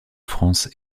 france